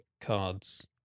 cards